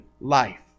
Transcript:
life